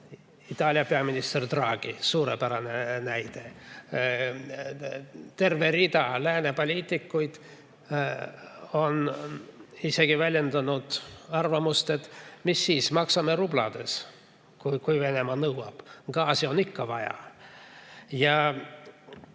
Itaalia peaminister Draghi on suurepärane näide. Terve rida lääne poliitikuid on väljendanud isegi arvamust, et mis siis, maksame rublades, kui Venemaa nõuab, sest gaasi on ikka vaja.